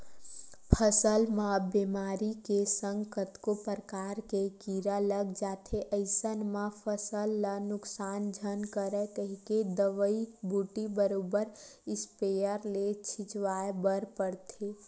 फसल म बेमारी के संग कतको परकार के कीरा लग जाथे अइसन म फसल ल नुकसान झन करय कहिके दवई बूटी बरोबर इस्पेयर ले छिचवाय बर परथे